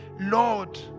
lord